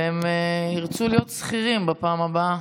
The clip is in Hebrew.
והם ירצו להיות שכירים בפעם הבאה.